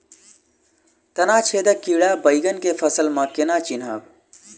तना छेदक कीड़ा बैंगन केँ फसल म केना चिनहब?